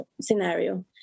scenario